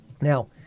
Now